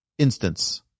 instance